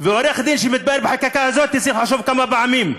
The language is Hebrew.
ועורך-דין שמתפאר בחקיקה הזאת צריך לחשוב כמה פעמים,